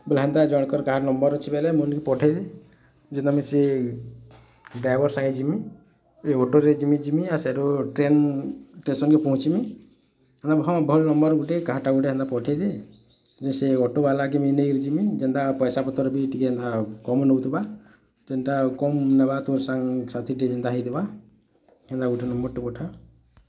ବେଲେ ହେନ୍ତା କାହାର୍ କାହାର୍ ନମ୍ୱର ଅଛି ବୋଲେ ପଠେଇ ଦେ ଯେନ୍ତା ମିଶି ଡ୍ରାଇଭର୍ ସାଙ୍ଗେ ଯିମି ଏ ଅଟୋରେ ଯିମି ଯିମି ଆରୁ ଟ୍ରେନ୍ ଷ୍ଟେସନ୍ କେ ପହଞ୍ଚିମି ଏନ୍ତା ହଁ ଭଲ୍ ନମ୍ୱର୍ ଗୁଟେ କାହା ଏନ୍ତା ପଠେଇଦେ ଯେ ସେ ଅଟୋବାଲେକେ ନେଇକି ଯିମି ପଇସା ପତର ବି କମ୍ ନଉଥିବା ଏନ୍ତା କମ୍ ନେବାର୍ ତୋର୍ ସାଙ୍ଗ୍ ସାଥୀ ଯେନ୍ତା ହେଇଥିବା ଏନ୍ତା ଗୋଟେ ନମ୍ୱର୍ଟେ ପଠା